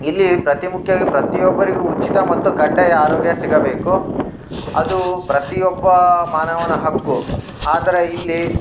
ಇಲ್ಲಿ ಅತಿ ಮುಖ್ಯ ಪ್ರತಿಯೊಬ್ಬರಿಗು ಉಚಿತ ಮತ್ತು ಕಡ್ಡಾಯ ಆರೋಗ್ಯ ಸಿಗಬೇಕು ಅದು ಪ್ರತಿಯೊಬ್ಬ ಮಾನವನ ಹಕ್ಕು ಆದರೆ ಇಲ್ಲಿ